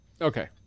Okay